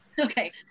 Okay